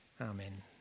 Amen